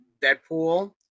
Deadpool